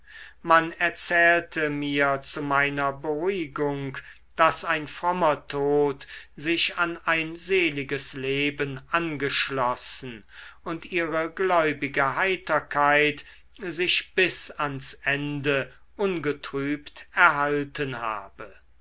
man erzählte mir zu meiner beruhigung daß ein frommer tod sich an ein seliges leben angeschlossen und ihre gläubige heiterkeit sich bis ans ende ungetrübt erhalten habe